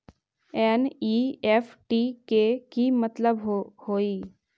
NEFT के कि मतलब होइ?